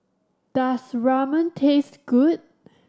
does Ramen taste good